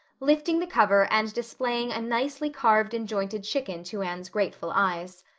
lifting the cover and displaying a nicely carved and jointed chicken to anne's greatful eyes.